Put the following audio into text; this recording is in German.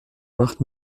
macht